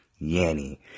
Yanny